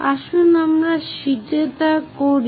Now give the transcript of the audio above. আসুন আমরা শীটে তা করি